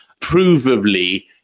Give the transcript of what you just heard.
provably